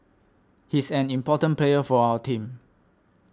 he's an important player for our team